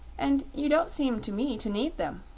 and you don't seem to me to need them.